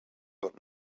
heard